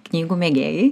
knygų mėgėjai